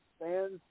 Fans